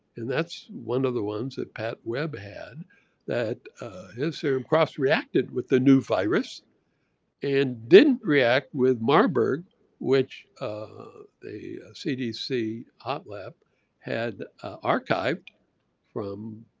and that's one of the ones that pat webb had that his serum cross-reacted with the new virus and didn't react with marburg which the cdc hot lab had archived from,